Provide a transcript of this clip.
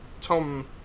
Tom